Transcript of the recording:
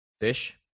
Fish